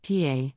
PA